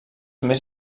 més